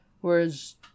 Whereas